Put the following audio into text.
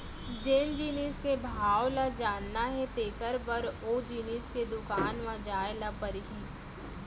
जेन जिनिस के भाव ल जानना हे तेकर बर ओ जिनिस के दुकान म जाय ल परही